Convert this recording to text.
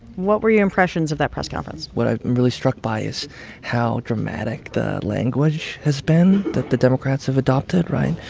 what were your impressions of that press conference? what i'm really struck by is how dramatic the language has been that the democrats have adopted, right?